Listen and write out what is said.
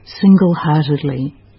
single-heartedly